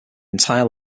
entire